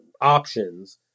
options